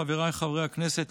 חבריי חברי הכנסת,